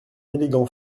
élégant